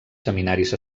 seminaris